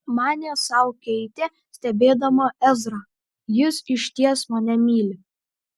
manė sau keitė stebėdama ezrą jis išties mane myli